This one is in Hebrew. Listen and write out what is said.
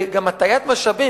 וגם הטיית משאבים,